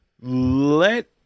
let